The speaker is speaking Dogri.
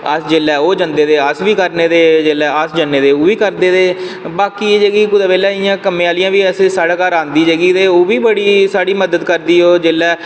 ओह् जंदे जिसलै अस बी करदे ते जिसलै अस जन्ने ते ओह् बी करदे ते ते बाकी कम्मे आह्लियां बी कुदै बेल्लै साढ़ै आंदियां ओह् बी साढ़ी बड़ी मदद करदी जिसलै